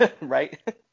right